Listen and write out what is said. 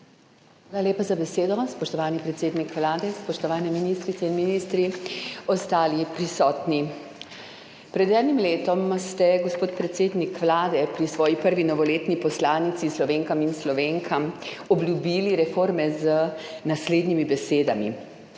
Hvala lepa za besedo. Spoštovani predsednik Vlade, spoštovani ministrice in ministri, ostali prisotni! Pred enim letom ste, gospod predsednik Vlade, pri svoji prvi novoletni poslanici Slovenkam in Slovenkam obljubili reforme z naslednjimi besedami: